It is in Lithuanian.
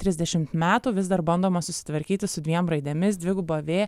trisdešimt metų vis dar bandoma susitvarkyti su dviem raidėmis dviguba v